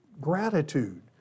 gratitude